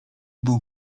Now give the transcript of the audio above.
był